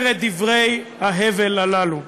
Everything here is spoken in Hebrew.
אומר את דברי ההבל הללו?